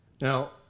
Now